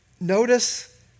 Notice